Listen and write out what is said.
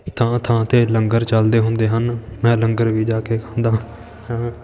ਥਾਂ ਥਾਂ 'ਤੇ ਲੰਗਰ ਚਲਦੇ ਹੁੰਦੇ ਹਨ ਮੈਂ ਲੰਗਰ ਵੀ ਜਾ ਕੇ ਖਾਂਦਾ ਹਾਂ